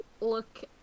look